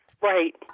Right